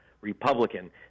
republican